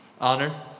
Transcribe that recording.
honor